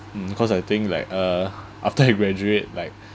mm because I think like uh after you graduate like